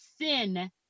sin